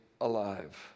alive